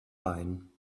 bein